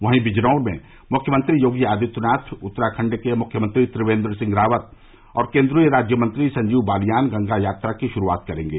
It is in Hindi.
वहीं बिजनौर में मुख्यमंत्री योगी आदित्यनाथ उत्तराखण्ड के मुख्यमंत्री त्रिवेन्द्र सिंह रावत और केन्द्रीय राज्यमंत्री संजीव बालियान गंगा यात्रा की शुरूआत करेंगे